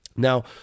Now